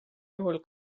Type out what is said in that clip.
juhul